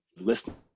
listening